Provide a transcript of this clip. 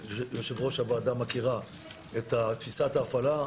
יושבת-ראש הוועדה מכירה את תפיסת ההפעלה.